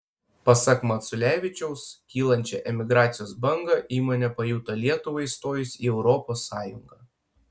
pasak maculevičiaus kylančią emigracijos bangą įmonė pajuto lietuvai įstojus į europos sąjungą